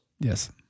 Yes